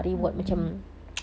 a'ah